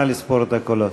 נא לספור את הקולות.